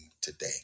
today